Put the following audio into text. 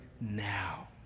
now